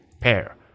pair